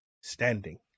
standing